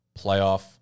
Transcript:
playoff